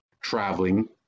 traveling